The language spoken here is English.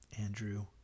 Andrew